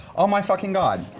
oh my fucking god.